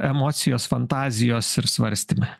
emocijos fantazijos ir svarstyme